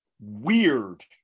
weird